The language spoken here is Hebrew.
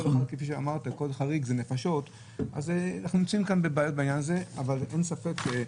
כל חריג זה עניין של נפשות.